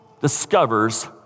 discovers